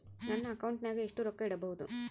ನನ್ನ ಅಕೌಂಟಿನಾಗ ಎಷ್ಟು ರೊಕ್ಕ ಇಡಬಹುದು?